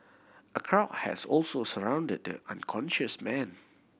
a crowd has also surrounded the unconscious man